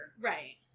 Right